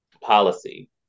policy